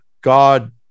God